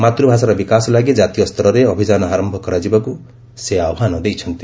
ମାତୃଭାଷାର ବିକାଶ ଲାଗି ଜାତୀୟ ସ୍ତରରେ ଅଭିଯାନ ଆରମ୍ଭ କରାଯିବାକୁ ସେ ଆହ୍ପାନ ଦେଇଛନ୍ତି